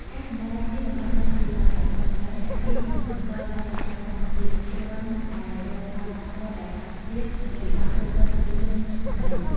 ការសម្តែងបែបនេះ បង្កើតបានបរិយាកាសបុរាណ ទាក់ទាញ និងផ្តល់បទពិសោធន៍ធម្មជាតិ គ្រាន់តែរងផលប៉ះពាល់ដោយអាកាសធាតុ និងពិបាកគ្រប់គ្រងពន្លឺ និងសម្លេង។